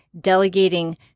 delegating